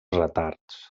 retards